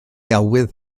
awydd